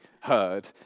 heard